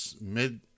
mid